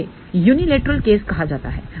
इसे unilateral case कहा जाता है